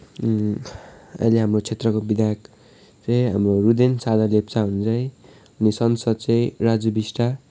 अहिले हाम्रो क्षेत्रको विधायक चाहिँ हाम्रो रुदेन सागर लेप्चा हुनुहुन्छ है अनि सांसद चाहिँ राजु बिष्ट